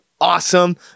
awesome